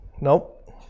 Nope